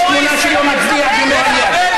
יש תמונה שלו מצדיע במועל יד.